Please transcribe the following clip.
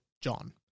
John